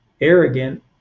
arrogant